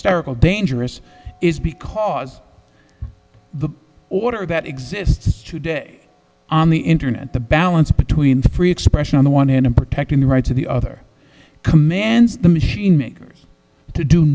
or dangerous is because the order that exists today on the internet the balance between the free expression on the one hand and protecting the rights of the other commands the machine makers to do